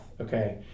Okay